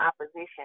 opposition